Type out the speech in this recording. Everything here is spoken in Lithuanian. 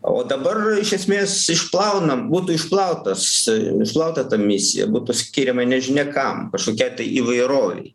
o dabar iš esmės išplaunam būtų išplautas išplauta ta misija būtų skiriama nežinia kam kažkokiai tai įvairovei